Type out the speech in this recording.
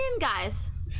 guys